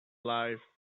life